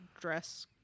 dress